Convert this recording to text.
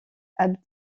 abd